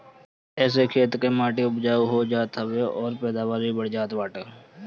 एसे खेत कअ माटी उपजाऊ हो जात हवे अउरी पैदावार भी बढ़ जात बाटे